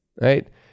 right